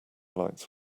lights